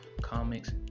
comics